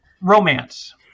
Romance